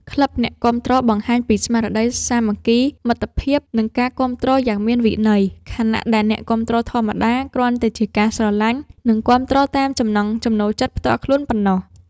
ក្លឹបអ្នកគាំទ្រ បង្ហាញពីស្មារតីសាមគ្គី មិត្តភាព និងការគាំទ្រយ៉ាងមានវិន័យ ខណៈដែលអ្នកគាំទ្រធម្មតា គ្រាន់តែជាការស្រឡាញ់ និងគាំទ្រតាមចំណង់ចំណូលចិត្តផ្ទាល់ខ្លួនប៉ុណ្ណោះ